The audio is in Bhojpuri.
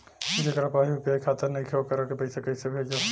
जेकरा पास यू.पी.आई खाता नाईखे वोकरा के पईसा कईसे भेजब?